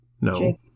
No